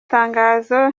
tangazo